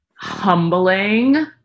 humbling